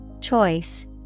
Choice